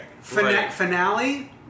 Finale